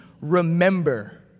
remember